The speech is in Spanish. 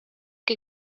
que